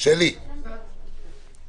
הצבעה ההסתייגות לא אושרה.